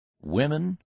women